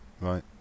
Right